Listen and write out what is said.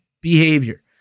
behavior